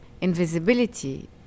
invisibility